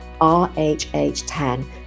RHH10